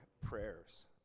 prayers